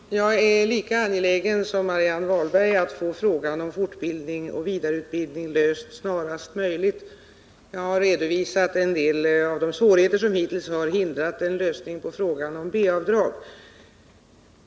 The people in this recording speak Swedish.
Fru talman! Jag är lika angelägen som Marianne Wahlberg att få frågan om fortbildning och vidareutbildning löst snarast möjligt. Jag har redovisat en del av de svårigheter som hittills har hindrat en lösning av frågan om B-avdrag.